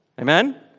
Amen